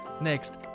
Next